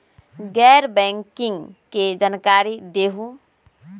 गैर बैंकिंग के जानकारी दिहूँ?